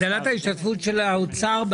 הגדלת ההשתתפות של האוצר?